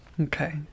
Okay